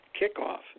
kickoff